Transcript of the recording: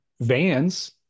Vans